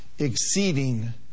exceeding